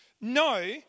No